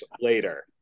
later